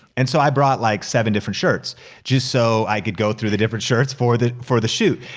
and so i brought like seven different shirts just so i could go through the different shirts for the for the shoot,